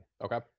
okay